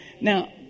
Now